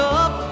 up